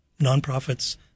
nonprofits